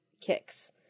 kicks